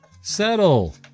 Settle